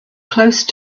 close